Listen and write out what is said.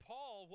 Paul